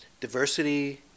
diversity